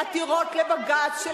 עתירות לבג"ץ,